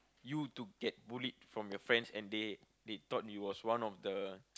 you to get bullied from your friends and they they thought it was one of the